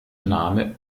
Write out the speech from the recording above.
name